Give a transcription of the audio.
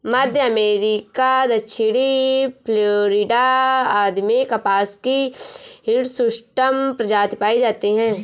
मध्य America, दक्षिणी Florida आदि में कपास की हिर्सुटम प्रजाति पाई जाती है